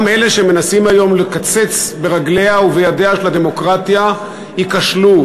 גם אלה שמנסים היום לקצץ ברגליה ובידיה של הדמוקרטיה ייכשלו,